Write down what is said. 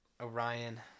Orion